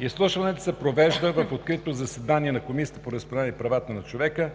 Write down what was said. Изслушването се провежда в открито заседание на Комисията по вероизповеданията и правата на човека,